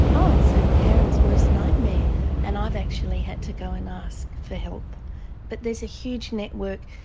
oh, it's a parent's worse nightmare and i've actually had to go and ask for help but there's a huge network.